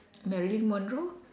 Marilyn Monroe